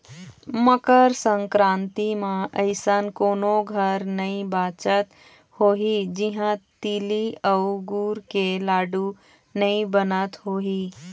मकर संकरांति म अइसन कोनो घर नइ बाचत होही जिहां तिली अउ गुर के लाडू नइ बनत होही